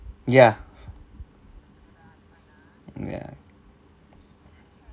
ya ya